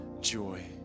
joy